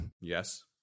Yes